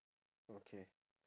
okay